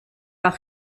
par